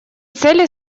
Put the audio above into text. цели